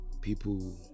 people